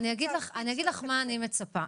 אני אגיד לך מה אני מצפה,